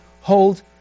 hold